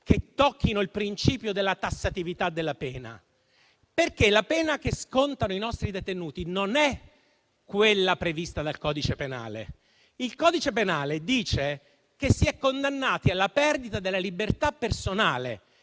che tocchino il principio della tassatività della pena, perché la pena che scontano i nostri detenuti non è quella prevista dal codice penale. Il codice penale dice che si è condannati alla perdita della libertà personale;